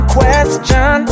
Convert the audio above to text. question